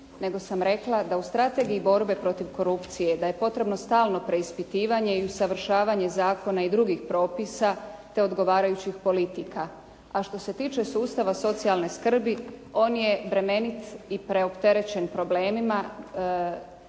nego sam rekla da u strategiji borbe protiv korupcije da je potrebno stalno preispitivanje i usavršavanje zakona i drugih propisa te odgovarajućih politika. A što se tiče sustava socijalne skrbi, on je bremenit i preopterećen problemima.